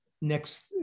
next